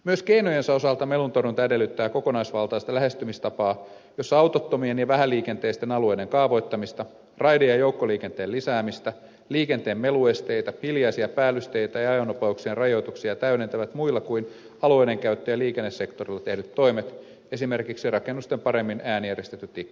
myös keinojensa osalta meluntorjunta edellyttää kokonaisvaltaista lähestymistapaa jossa autottomien ja vähäliikenteisten alueiden kaavoittamista raide ja joukkoliikenteen lisäämistä liikenteen meluesteitä hiljaisia päällysteitä ja ajonopeuksien rajoituksia täydentävät muilla kuin alueiden käyttäjien liikennesektoreilla tehdyt toimet esimerkiksi rakennusten paremmin äänieristetyt ikkunat